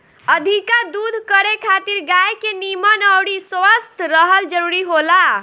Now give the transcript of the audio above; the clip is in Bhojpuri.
अधिका दूध करे खातिर गाय के निमन अउरी स्वस्थ रहल जरुरी होला